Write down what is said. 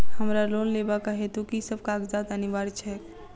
हमरा लोन लेबाक हेतु की सब कागजात अनिवार्य छैक?